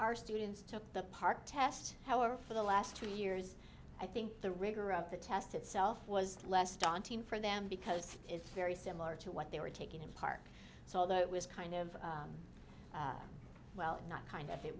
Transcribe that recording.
our students took the part test however for the last two years i think the rigor of the test itself was less daunting for them because it's very similar to what they were taking in part so although it was kind of well not kind of it